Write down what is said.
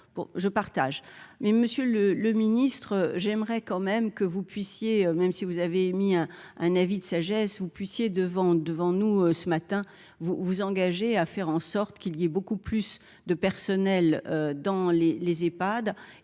je partage, mais Monsieur le le ministre, j'aimerais quand même que vous puissiez même si vous avez émis un avis de sagesse, vous puissiez devant devant nous ce matin, vous vous engagez à faire en sorte qu'il y ait beaucoup plus de personnel dans les les